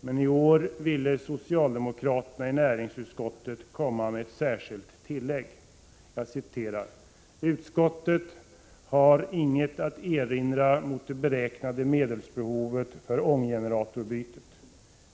men i år ville socialdemokraterna i näringsutskottet göra ett tillägg: ”Utskottet har inget att erinra mot det beräknade medelsbehovet för ånggeneratorbytet.